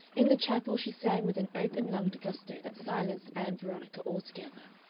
in the chapel she sang with an open-lunged gusto that silenced ann veronica altogether,